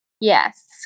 Yes